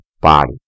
body